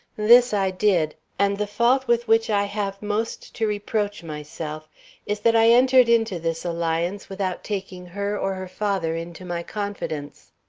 this i did, and the fault with which i have most to reproach myself is that i entered into this alliance without taking her or her father into my confidence.